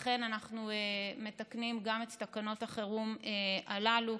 לכן אנחנו מתקנים גם את תקנות החירום הללו,